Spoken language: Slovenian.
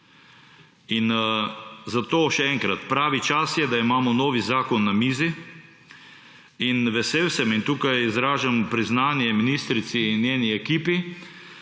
Zato še enkrat, pravi čas je, da imamo novi zakon na mizi in vesel sem in tukaj izražam priznanje ministrici in njeni ekipi,